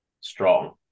strong